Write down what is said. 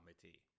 Committee